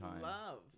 love